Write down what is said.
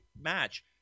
match